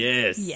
Yes